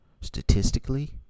statistically